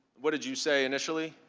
what did you say initially?